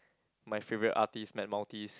my favourite artist Matt-Maltese